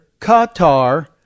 Qatar